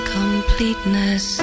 completeness